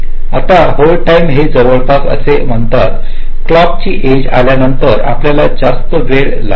आता hold time हे जवळपास असे म्हणतात क्लॉकची एज आल्यानंतर आपल्याला काही जास्त वेळ लागेल